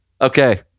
Okay